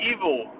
Evil